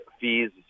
fees